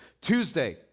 Tuesday